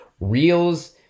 Reels